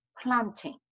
planting